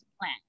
plan